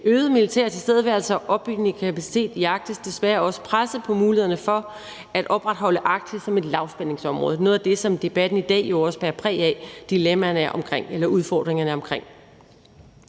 øgede militære tilstedeværelse og opbygning af kapacitet i Arktis desværre også presset på mulighederne for at opretholde Arktis som et lavspændingsområde. Det er noget af det, som debatten i dag jo også bærer præg af, altså dilemmaerne eller udfordringerne omkring